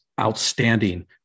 outstanding